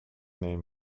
name